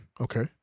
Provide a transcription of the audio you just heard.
Okay